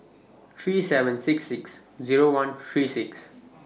three seven six six Zero one three six